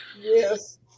Yes